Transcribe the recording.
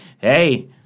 hey